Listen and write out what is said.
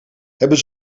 hebben